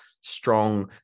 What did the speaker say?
strong